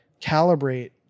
calibrate